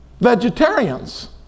vegetarians